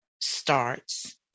starts